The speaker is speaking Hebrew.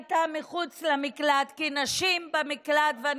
והם נתקעו בחוסר תקציב של 60 מיליון שקל ובגלל זה הם